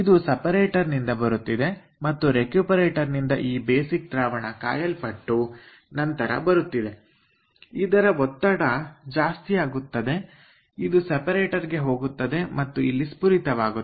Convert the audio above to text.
ಇದು ಸಪರೇಟರ್ ನಿಂದ ಬರುತ್ತಿದೆ ಮತ್ತು ರೆಕ್ಯೂಪರೇಟರ್ ನಿಂದ ಈ ಬೇಸಿಕ್ ದ್ರಾವಣ ಕಾಯಲ್ಪಟ್ಟು ನಂತರ ಬರುತ್ತಿದೆ ಇದರ ಒತ್ತಡ ಜಾಸ್ತಿ ಆಗುತ್ತದೆ ಇದು ಸೆಪರೇಟರ್ ಗೆ ಹೋಗುತ್ತದೆ ಮತ್ತು ಇಲ್ಲಿ ಸ್ಪುರಿತವಾಗುತ್ತದೆ